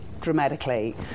dramatically